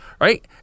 Right